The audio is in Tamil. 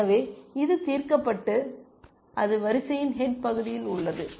எனவே இது தீர்க்கப்பட்டு அது வரிசையின் ஹெட் பகுதியில் உள்ளது